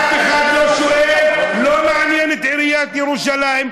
אף אחד לא שואל, זה לא מעניין את עיריית ירושלים.